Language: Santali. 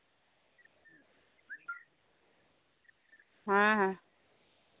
ᱦᱮᱸ ᱦᱮᱸ